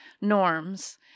norms